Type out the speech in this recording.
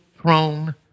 throne